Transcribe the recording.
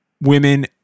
women